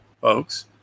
folks